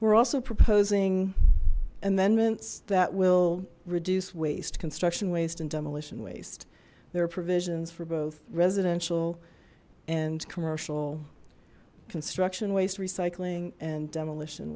we're also proposing amendments that will reduce waste construction waste and demolition waste there are provisions for both residential and commercial construction waste recycling and demolition